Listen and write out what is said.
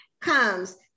comes